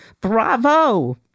Bravo